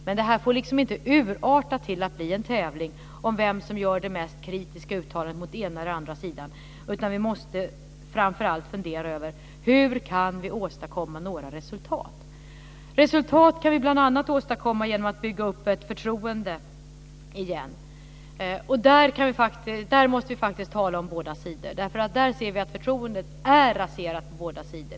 Men det här får inte urarta till att bli en tävling om vem som gör det mest kritiska uttalandet mot den ena eller andra sidan, utan vi måste framför allt fundera över hur vi kan åstadkomma några resultat. Resultat kan vi bl.a. åstadkomma genom att bygga upp ett förtroende igen. Och där måste vi faktiskt tala om båda sidor, därför att vi där ser att förtroendet är raserat på båda sidor.